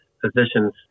physicians